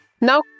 Now